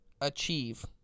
achieve